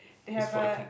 they have a